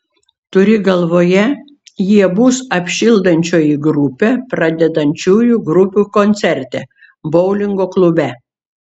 turi galvoje jie bus apšildančioji grupė pradedančiųjų grupių koncerte boulingo klube